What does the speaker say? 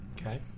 Okay